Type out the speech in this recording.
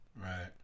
Right